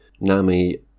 NAMI